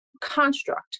construct